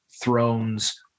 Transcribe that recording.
thrones